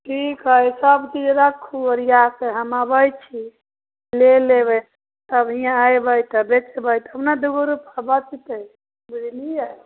ठीक हइ सबचीज रखू ओरिआकऽ हम अबै छी लऽ लेबै तब हिआँ अएबै तऽ बेचबै तब ने दुइगो रुपैआ बचतै बुझलिए